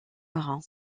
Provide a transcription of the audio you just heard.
marin